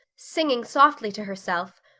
singing softly to herself,